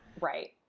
Right